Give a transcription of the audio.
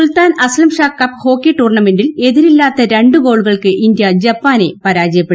സുൽത്താൻ Azlan Shah cup hockey ടൂർണമെന്റിൽ എതിരില്ലാത്ത രണ്ട് ഗോളുകൾക്ക് ഇന്ത്യ ജപ്പാനെ പരാജയപ്പെടുത്തി